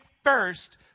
First